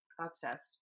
Obsessed